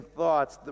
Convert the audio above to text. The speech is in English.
thoughts